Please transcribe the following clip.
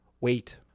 wait